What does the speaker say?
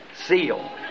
seal